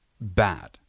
bad